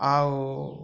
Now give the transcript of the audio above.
ଆଉ